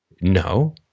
No